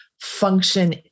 function